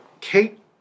Kate